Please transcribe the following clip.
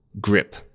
grip